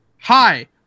hi